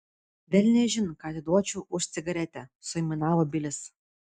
velniaižin ką atiduočiau už cigaretę suaimanavo bilis